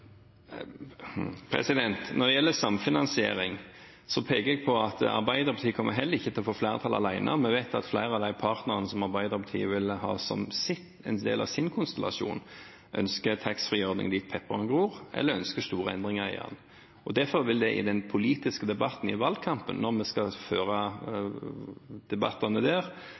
Når det gjelder samfinansiering, peker jeg på at Arbeiderpartiet heller ikke kommer til å få flertall alene. Vi vet at flere av partnerne som Arbeiderpartiet vil ha som en del av sin konstellasjon, ønsker en taxfreeordning dit pepperen gror, eller ønsker store endringer i den. Derfor vil en i den politiske debatten i valgkampen, når debattene skal føres der,